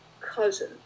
cousin